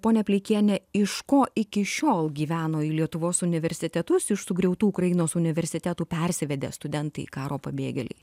ponia pleikiene iš ko iki šiol gyveno į lietuvos universitetus iš sugriautų ukrainos universitetų persivedę studentai karo pabėgėliai